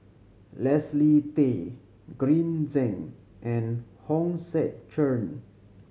Leslie Tay Green Zeng and Hong Sek Chern